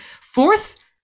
Fourth